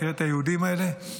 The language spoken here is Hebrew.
תראו את היהודים האלה,